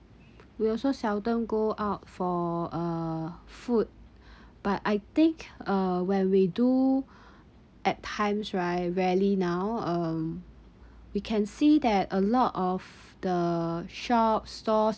we also seldom go out for uh food but I think uh when we do at times right really now um we can see that a lot of the shop stores